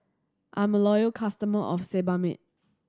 I'm a loyal customer of Sebamed